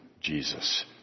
Jesus